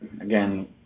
Again